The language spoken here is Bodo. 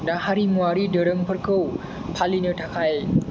दा हारिमुवारि धोरोमफोरखौ फालिनो थाखाय